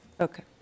Okay